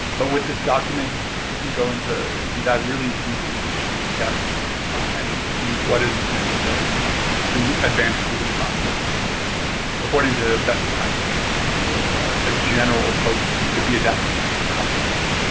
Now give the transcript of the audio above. but with this document you can go into you can dive really deep into each of these steps and see what is necessary um to advance through the process according to best practices or a general approach that could be adapted to your context.